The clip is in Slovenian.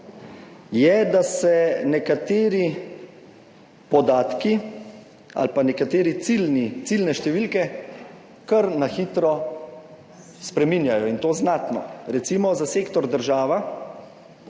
je, da se nekateri podatki ali pa nekateri ciljni, ciljne številke kar na hitro spreminjajo in to znatno. Recimo za sektor država,